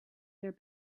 their